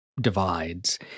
divides